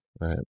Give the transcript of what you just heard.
Right